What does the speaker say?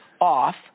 off